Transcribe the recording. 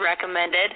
recommended